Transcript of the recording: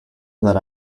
that